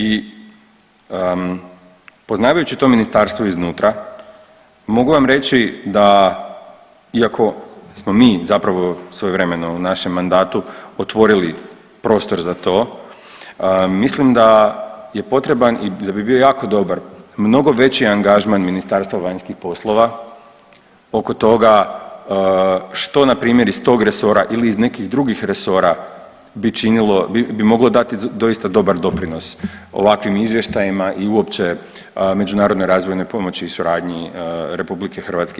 I poznavajući to ministarstvo iznutra mogu vam reći da iako smo mi zapravo svojevremeno u našem mandatu otvorili prostor za to, mislim da je potreban i da bi bio jako dobar mnogo veći angažman Ministarstva vanjskih poslova oko toga što na primjer iz tog resora ili iz nekih drugih resora bi činilo, bi moglo dati doista dobar doprinos ovakvim izvještajima i uopće međunarodnoj razvojnoj pomoći i suradnji RH.